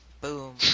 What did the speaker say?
Boom